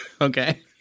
Okay